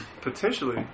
potentially